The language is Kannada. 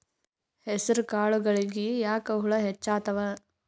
ಹೆಸರ ಕಾಳುಗಳಿಗಿ ಯಾಕ ಹುಳ ಹೆಚ್ಚಾತವ?